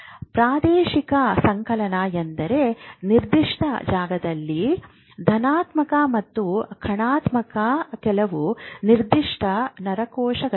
ಪ್ರಾದೇಶಿಕ ಸಂಕಲನ ಎಂದರೆ ನಿರ್ದಿಷ್ಟ ಜಾಗದಲ್ಲಿ ಧನಾತ್ಮಕ ಮತ್ತು ಋಣಾತ್ಮಕ ಕೆಲವು ನಿರ್ದಿಷ್ಟ ನರಕೋಶಗಳಿವೆ